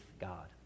God